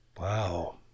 Wow